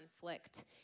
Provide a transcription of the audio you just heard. conflict